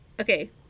okay